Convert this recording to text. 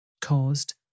caused